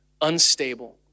unstable